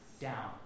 down